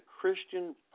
Christian